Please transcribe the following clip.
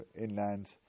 inland